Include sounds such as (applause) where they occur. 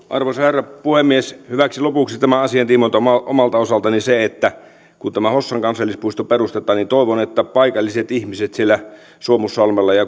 (unintelligible) arvoisa herra puhemies hyväksi lopuksi tämän asian tiimoilta omalta osaltani se että kun tämä hossan kansallispuisto perustetaan niin toivon että paikalliset ihmiset siellä suomussalmella